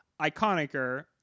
iconicer